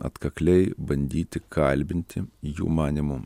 atkakliai bandyti kalbinti jų manymu